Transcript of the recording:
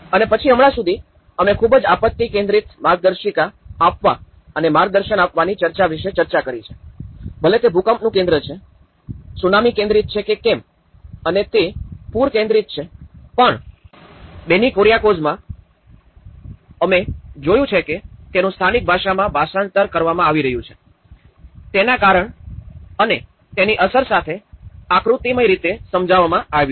અને પછી હમણાં સુધી અમે ખૂબ જ આપત્તિ કેન્દ્રિત માર્ગદર્શિકા આપવા અને માર્ગદર્શન આપવાની ચર્ચા વિષે વિચારણા કરી છે ભલે તે ભૂકંપનું કેન્દ્ર છે સુનામી કેન્દ્રિત છે કે કેમ અને તે પૂર કેન્દ્રિત છે પણ બેની કુરિયાકોઝમાં અમે જોયું છે કે તેનું સ્થાનિક ભાષામાં ભાષાંતર કરવામાં આવી રહ્યું છે જેને તેના કારણ અને તેની અસર સાથે આકૃતિમય રીતે સમજવામાં આવ્યું છે